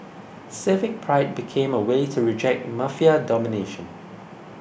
civic pride became a way to reject Mafia domination